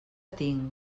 tinc